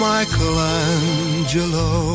Michelangelo